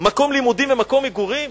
מקום לימודים ומקום מגורים?